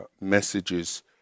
messages